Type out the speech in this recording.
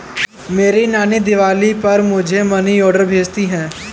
मेरी नानी दिवाली पर मुझे मनी ऑर्डर भेजती है